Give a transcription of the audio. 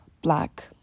black